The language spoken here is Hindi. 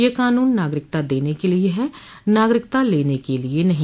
यह कानून नागरिकता देने के लिए है नागरिकता लेने के लिए नही